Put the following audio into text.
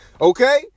Okay